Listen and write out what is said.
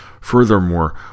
Furthermore